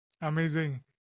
Amazing